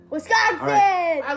Wisconsin